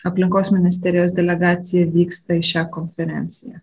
aplinkos ministerijos delegacija vyksta į šią konferenciją